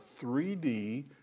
3d